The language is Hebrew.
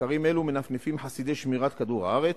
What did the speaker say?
במחקרים אלו מנפנפים חסידי שמירת כדור-הארץ.